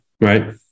right